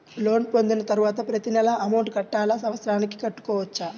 Loan పొందిన తరువాత ప్రతి నెల అమౌంట్ కట్టాలా? సంవత్సరానికి కట్టుకోవచ్చా?